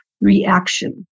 reaction